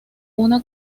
una